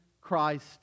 christ